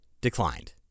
declined